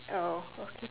oh okay